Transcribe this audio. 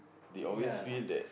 they always feel that